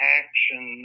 action